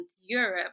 Europe